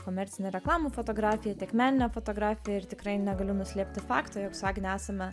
komercine reklamų fotografija tiek menine fotografija ir tikrai negaliu nuslėpti fakto jog su agne esame